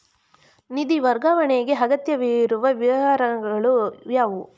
ನಿಧಿ ವರ್ಗಾವಣೆಗೆ ಅಗತ್ಯವಿರುವ ವಿವರಗಳು ಯಾವುವು?